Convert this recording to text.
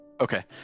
Okay